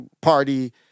party